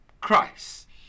Christ